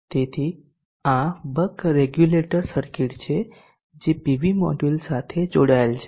તેથી આ buck regulator circuit છે જે પીવી મોડ્યુલ સાથે જોડાયેલ છે